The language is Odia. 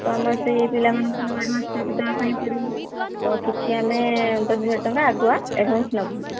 ତ ଆମର ସେଇ ପିଲାମାନଙ୍କୁ ଆଡ଼ଭାନ୍ସ ଦେବା ପାଇଁ ପଡ଼ିବ ତ କିଛି ଆମେ ଦଶ ହଜାର ଟଙ୍କା ଆଗୁଆ ଆଡ଼ଭାନ୍ସ ନେବୁ